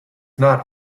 not